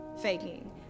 Faking